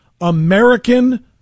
American